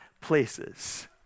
places